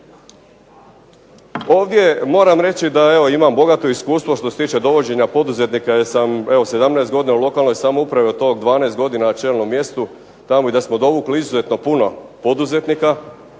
Ovdje moram reći da evo imam bogato iskustvo što se tiče dovođenja poduzetnika, jer sam evo 17 godina u lokalnoj samoupravi, od toga 12 godina na čelnom mjestu tamo i da smo dovukli izuzetno puno poduzetnika,